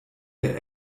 der